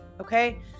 Okay